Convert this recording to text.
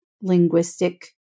linguistic